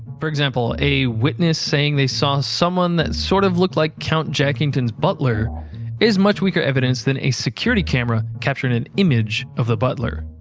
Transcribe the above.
for example, a witness saying they saw someone that sort of looked like count jackington's butler is much weaker evidence than a security camera capturing an image of the butler.